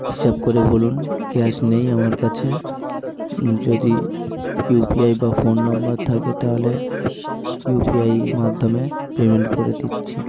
হিসেব করে বলুন ক্যাশ নেই আমার কাছে যদি ইউপিআই বা ফোন নাম্বার থাকে তাহলে ইউপিআইর মাধ্যমে পেমেন্ট করে দিচ্ছি